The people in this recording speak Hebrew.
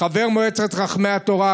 חבר מועצת חכמי התורה,